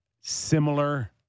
Similar